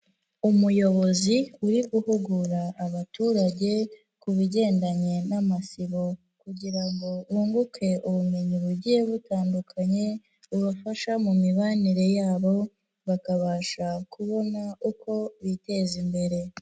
Umuyobozi uri guhugura abaturage ku bigendanye n'amasibo kugira ngo bunguke ubumenyi bugiye butandukanye, bubafasha mu mibanire yabo bakabasha kubona uko biteza imbere.